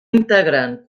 integren